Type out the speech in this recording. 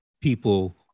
people